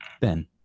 Ben